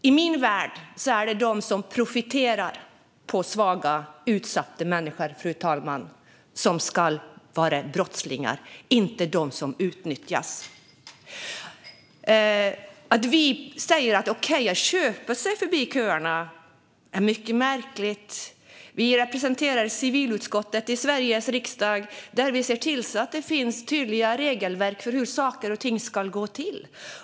I min värld är det de som profiterar på svaga, utsatta människor, fru talman, som ska ses som brottslingar, inte de som utnyttjas. Att säga att vi tycker att det är okej att köpa sig förbi köerna är mycket märkligt. Vi representerar civilutskottet i Sveriges riksdag, där vi ser till att det finns tydliga regelverk för hur saker och ting ska gå till.